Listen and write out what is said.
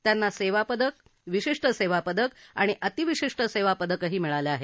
त्यांना सेवा पदक विशिष्ट सेवा पदक आणि अतिविशिष्ट सेवा पदकही मिळालं आहे